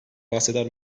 bahseder